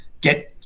get